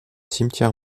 cimetière